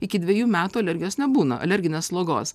iki dvejų metų alergijos nebūna alerginės slogos